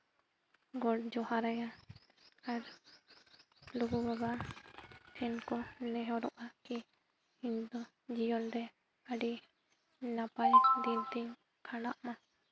ᱜᱚᱸᱰ ᱡᱚᱦᱟᱨ ᱟᱭᱟ ᱟᱨ ᱞᱩᱜᱩ ᱵᱟᱵᱟ ᱴᱷᱮᱱ ᱠᱚ ᱱᱮᱦᱚᱨᱚᱜᱼᱟ ᱠᱤ ᱤᱧᱫᱚ ᱡᱤᱭᱚᱱ ᱨᱮ ᱟᱹᱰᱤ ᱱᱟᱯᱟᱭ ᱫᱤᱱ ᱛᱤᱧ ᱠᱷᱟᱸᱰᱟᱜ ᱢᱟ